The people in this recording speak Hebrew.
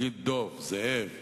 חבר הכנסת גפני,